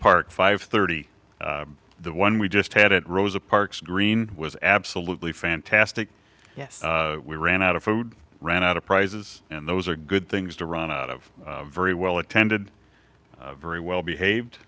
park five thirty the one we just had it rosa parks green was absolutely fantastic yes we ran out of food ran out of prizes and those are good things to run out of very well attended very well behaved